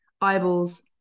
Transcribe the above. eyeballs